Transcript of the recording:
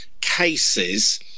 cases